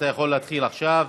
אתה יכול להתחיל עכשיו.